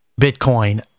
bitcoin